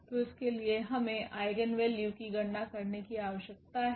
तो इसके लिए हमें आइगेन वैल्यू की गणना करने की आवश्यकता है